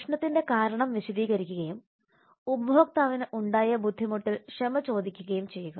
പ്രശ്നത്തിന്റെ കാരണം വിശദീകരിക്കുകയും ഉപഭോക്താവിന് ഉണ്ടായ ബുദ്ധിമുട്ടിൽ ക്ഷമ ചോദിക്കുകയും ചെയ്യുക